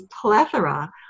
plethora